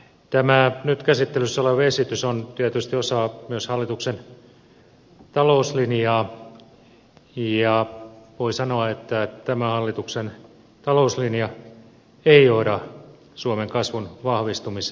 tämä nyt käsittelyssä oleva esitys on tietysti osa myös hallituksen talouslinjaa ja voi sanoa että tämä hallituksen talouslinja ei johda suomen kasvun vahvistumiseen päinvastoin